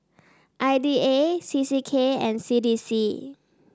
I D A C C K and C D C